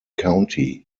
county